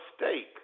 mistake